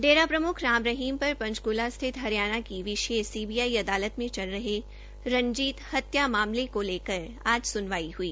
डेरा प्रमुख राम रहीम पर पंचकूला स्थित हरियाणा की विशेष सीबीआई अदालत में चल रहे रंजीत हत्या मामले को लेकर आज सुनवाई हुई